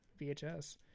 VHS